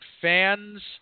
fans